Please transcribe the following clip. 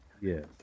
Yes